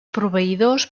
proveïdors